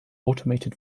automated